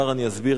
וכבר אני אסביר.